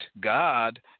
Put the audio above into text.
God